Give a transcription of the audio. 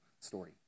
story